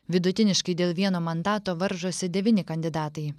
vidutiniškai dėl vieno mandato varžosi devyni kandidatai